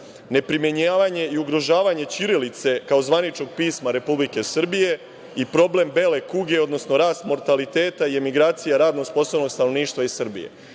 neprimenjivanje i ugrožavanje ćirilice kao zvaničnog pisma Republike Srbije i problem bele kuge, odnosno rast nataliteta i emigracija radno sposobnog stanovništva Srbije. Dakle,